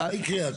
מה יקרה?